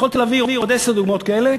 יכולתי להביא עוד עשר דוגמאות כאלה.